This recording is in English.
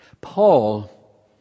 Paul